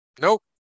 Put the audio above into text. Nope